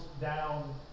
down